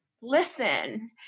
listen